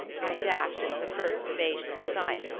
i dashed into the first evasion in sight.